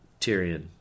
Tyrion